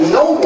no